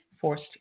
forced